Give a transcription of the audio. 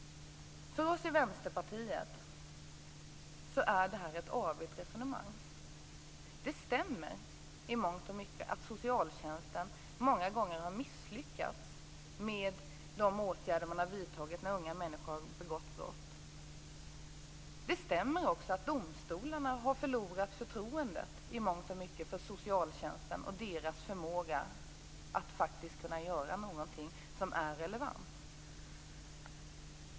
För oss i Vänsterpartiet är det här ett avigt resonemang. I mångt och mycket stämmer det att socialtjänsten många gånger har misslyckats med de åtgärder som vidtagits när unga människor har begått brott. Det stämmer också att domstolarna i mångt och mycket har förlorat förtroendet för socialtjänsten och dess förmåga att faktiskt kunna göra något som är relevant.